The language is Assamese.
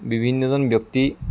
বিভিন্নজন ব্যক্তি